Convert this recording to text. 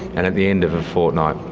and at the end of a fortnight,